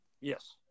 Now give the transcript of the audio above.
Yes